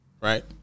right